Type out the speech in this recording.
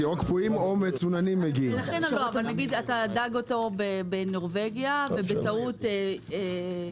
אתה דג אותו בנורבגיה והייבוא בא מבלגיה.